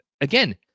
again